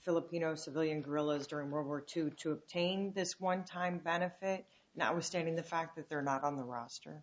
filipino civilian guerrillas during world war two to obtain this one time benefit now was stating the fact that they're not on the roster